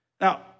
Now